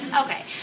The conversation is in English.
Okay